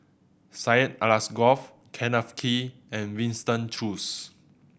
Syed Alsagoff Kenneth Kee and Winston Choos